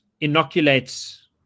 inoculates